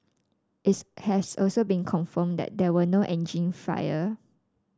it's has also been confirmed that there were no engine fire